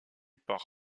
par